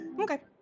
Okay